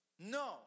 No